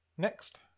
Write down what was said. next